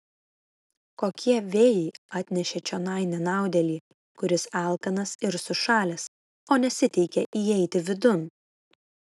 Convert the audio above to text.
kokie vėjai atnešė čionai nenaudėlį kuris alkanas ir sušalęs o nesiteikia įeiti vidun